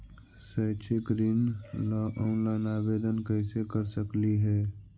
शैक्षिक ऋण ला ऑनलाइन आवेदन कैसे कर सकली हे?